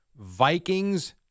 Vikings